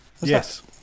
Yes